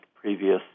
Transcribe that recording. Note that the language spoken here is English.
previous